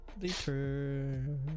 Later